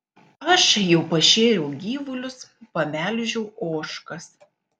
aš jau pašėriau gyvulius pamelžiau ožkas